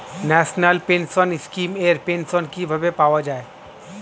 National pension scheme এর pension কিভাবে পাওয়া যায়?